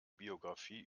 biografie